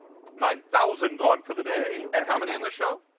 nine thousand gone for the day. and how many in this show?